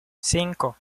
cinco